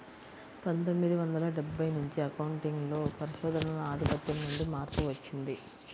పందొమ్మిది వందల డెబ్బై నుంచి అకౌంటింగ్ లో పరిశోధనల ఆధిపత్యం నుండి మార్పు వచ్చింది